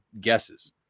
guesses